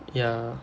ya